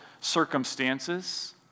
circumstances